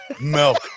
milk